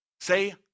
Say